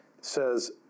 says